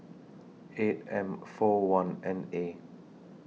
eight M four one N A